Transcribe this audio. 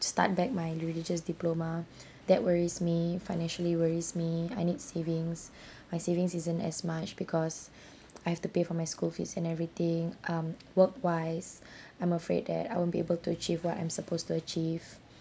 start back my religious diploma that worries me financially worries me I need savings my savings isn't as much because I have to pay for my school fees and everything um work wise I'm afraid that I won't be able to achieve what I'm supposed to achieve